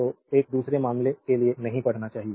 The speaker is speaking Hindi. तो यह दूसरे मामले के लिए नहीं पढ़ना चाहिए